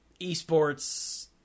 eSports